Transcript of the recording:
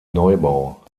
neubau